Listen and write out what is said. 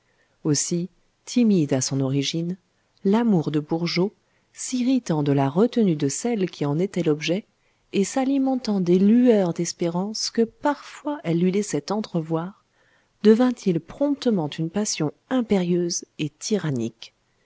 aussi timide à son origine l'amour de bourgeot s'irritant de la retenue de celle qui en était l'objet et s'alimentant des lueurs d'espérance que parfois elle lui laissait entrevoir devint-il promptement une passion impérieuse et tyrannique